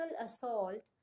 assault